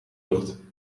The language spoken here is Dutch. lucht